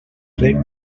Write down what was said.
reg